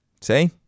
see